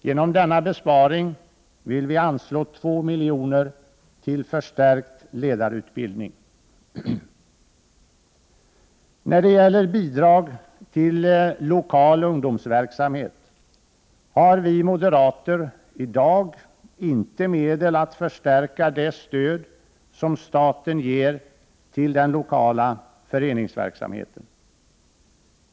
Genom denna besparing vill vi anslå 2 milj.kr. till förstärkt ledarutbildning. När det gäller bidrag till lokal ungdomsverksamhet har vi moderater —-i dag —- inte medel att förstärka det stöd som staten ger till den lokala föreningsverksamheten.